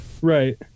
Right